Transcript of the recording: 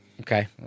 Okay